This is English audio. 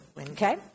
Okay